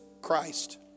Christ